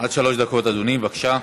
עד שלוש דקות, אדוני, בבקשה.